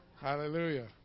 Hallelujah